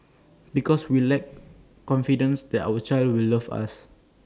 because we lack confidence that our children will love us